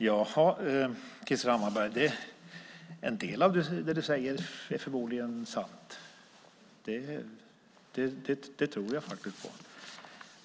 Herr talman! En del av det du säger, Krister Hammarbergh, är förmodligen sant.